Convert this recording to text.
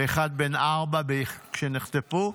ואחד בן ארבע, כשנחטפו.